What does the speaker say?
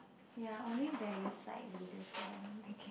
ya only very slight reader friend